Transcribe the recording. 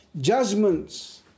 judgments